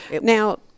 Now